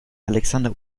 alexander